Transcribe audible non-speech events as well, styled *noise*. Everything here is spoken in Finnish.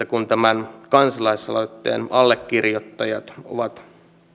*unintelligible* kun tämän kansalaisaloitteen allekirjoittajat ovat